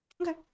Okay